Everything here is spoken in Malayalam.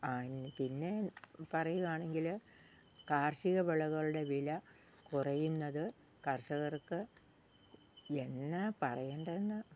ആ പിന്നെ പറയുവാണെങ്കില് കാർഷികവിളകളുടെ വില കുറയുന്നത് കർഷകർക്ക് എന്നാ പറയേണ്ടതെന്ന്